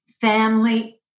family